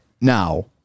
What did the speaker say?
now